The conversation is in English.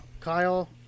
Kyle